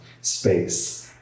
space